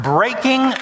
Breaking